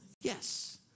Yes